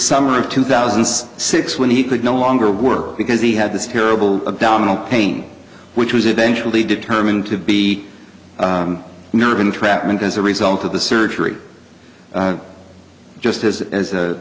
summer of two thousand and six when he could no longer work because he had this terrible abdominal pain which was eventually determined to be nerve entrapment as a result of the surgery just as